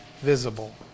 visible